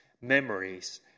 memories